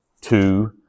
two